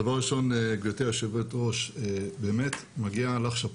דבר ראשון גברתי היושבת ראש באמת מגיע לך שאפו